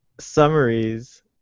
Summaries